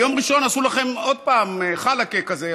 ביום ראשון עשו לכם עוד פעם "חלאקה" כזה,